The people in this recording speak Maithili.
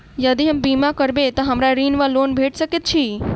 यदि हम बीमा करबै तऽ हमरा ऋण वा लोन भेट सकैत अछि?